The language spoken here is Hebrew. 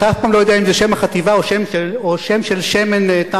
אתה אף פעם לא יודע אם זה שם החטיבה או שם של שמן טנקים,